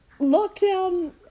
lockdown